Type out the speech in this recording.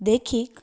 देखीक